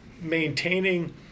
maintaining